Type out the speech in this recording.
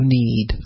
need